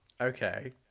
okay